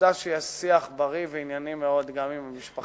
עובדה שיש שיח בריא וענייני מאוד גם עם המשפחה.